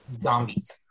zombies